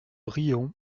riom